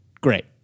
Great